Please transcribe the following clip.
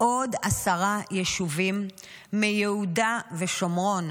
לתקציב הזעום הזה של הרשות לפיתוח הנגב עוד עשרה יישובים מיהודה ושומרון